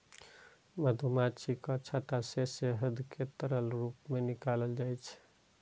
मधुमाछीक छत्ता सं शहद कें तरल रूप मे निकालल जाइ छै